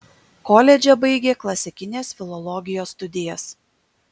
koledže baigė klasikinės filologijos studijas